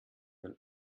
man